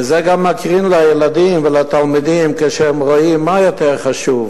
וזה גם מקרין לילדים ולתלמידים כשהם רואים מה יותר חשוב